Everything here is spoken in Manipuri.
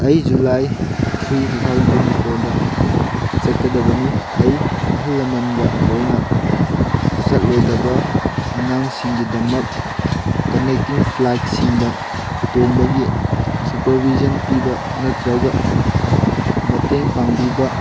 ꯑꯩ July three two thousand twenty ꯐꯣꯔꯗ ꯆꯠꯀꯗꯕꯅꯤ ꯑꯩ ꯑꯍꯜ ꯂꯃꯟꯒ ꯂꯣꯏꯅ ꯆꯠꯂꯣꯏꯗꯕ ꯑꯉꯥꯡꯁꯤꯡꯒꯤꯗꯃꯛ ꯀꯅꯦꯛꯇꯤꯡ ꯐ꯭ꯂꯥꯏꯗꯁꯤꯡꯗ ꯇꯣꯡꯕꯒꯤ ꯁꯨꯄꯔ ꯕꯤꯖꯟ ꯄꯤꯕ ꯅꯠꯇ꯭ꯔꯒ ꯃꯇꯦꯡ ꯄꯥꯡꯕꯤꯕ